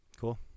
Cool